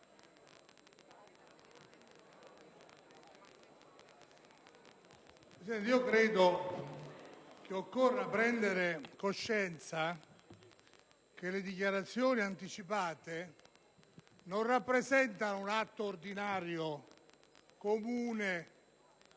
*(PdL)*. Credo che occorra prendere coscienza che le dichiarazioni anticipate non rappresentano un atto ordinario, o comunque